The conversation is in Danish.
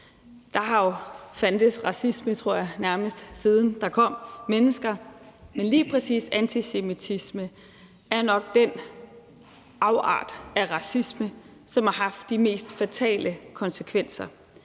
jeg, fandtes racisme, nærmest siden der kom mennesker, men lige præcis antisemitismen er nok den afart af racismen, som har haft de mest fatale konsekvenser,